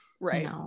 right